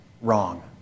wrong